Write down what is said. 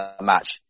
match